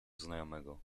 znajomego